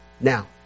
now